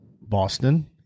Boston